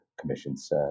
commissions